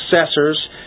successors